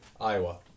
Iowa